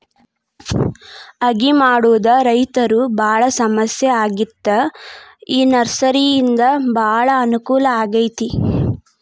ಅಗಿ ಮಾಡುದ ರೈತರು ಬಾಳ ಸಮಸ್ಯೆ ಆಗಿತ್ತ ಈ ನರ್ಸರಿಯಿಂದ ಬಾಳ ಅನಕೂಲ ಆಗೈತಿ